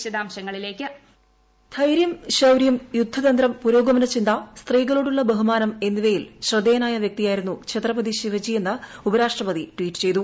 voice ധൈരൃം ശൌരൃം യുദ്ധതന്ത്രം പുരോഗമന ചിന്ത സ്ത്രീകളോടുള്ള ബഹുമാനം എന്നിവയിൽ ശ്രദ്ധേയനായ വൃക്തിയായിരുന്നു ഛത്രപതി ശിവജി എന്ന് ഉപരാഷ്ട്രപതി ട്വീറ്റ് ചെയ്തു